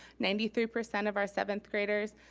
ninety three percent of our seventh graders,